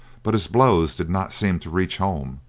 but his blows did not seem to reach home,